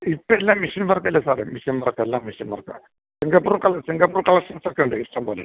ഇപ്പം എല്ലാം മിഷിൻ വർക്കല്ലേ സാറേ മിഷിൻ വർക്കെല്ലാം മിഷിൻ വർക്കാണ് സിംഗപ്പൂർ സിംഗപ്പൂർ കളക്ഷൻസ് ഒക്കെയുണ്ട് ഇഷ്ടംപോലെ